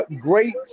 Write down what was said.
great